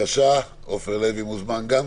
עוד